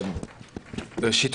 ראשית,